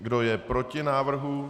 Kdo je proti návrhu?